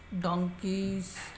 donkeys